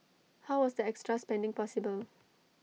how was the extra spending possible